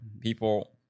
people